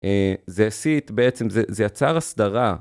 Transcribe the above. זה השיג בעצם, זה יצר הסדרה.